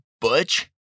Butch